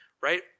right